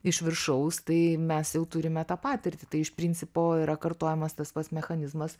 iš viršaus tai mes jau turime tą patirtį tai iš principo yra kartojamas tas pats mechanizmas